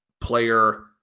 player